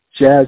jazz